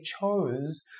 chose